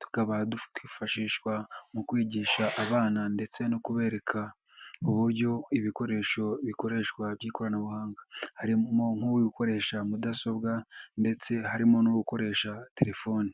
tukaba twifashishwa mu kwigisha abana ndetse no kubereka uburyo ibikoresho bikoreshwa by'ikoranabuhanga. Harimo nk'uri gukoresha mudasobwa ndetse harimo n'uri gukoresha telefoni.